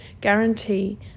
guarantee